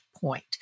point